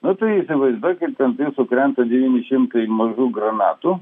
nu tai įsivaizduokit ant jūsų krenta devyni šimtai mažų granatų